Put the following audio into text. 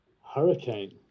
Hurricane